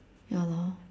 ya lor